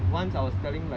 stomach எரிச்சல்:erichal